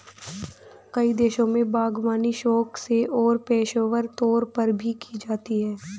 कई देशों में बागवानी शौक से और पेशेवर तौर पर भी की जाती है